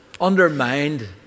undermined